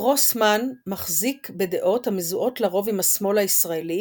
גרוסמן מחזיק בדעות המזוהות לרוב עם השמאל הישראלי